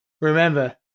remember